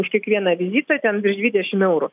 už kiekvieną vizitą ten virš dvidešim eurų